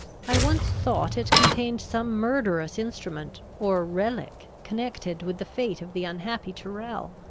i once thought it contained some murderous instrument or relic connected with the fate of the unhappy tyrrel.